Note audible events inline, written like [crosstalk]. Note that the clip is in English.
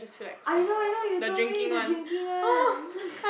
I know I know you told me the drinking one [laughs]